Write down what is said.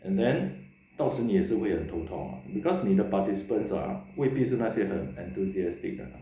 and then 到时你也是会很头痛 because 你的 participants ah 未必是那些很 enthusiastic 的